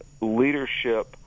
leadership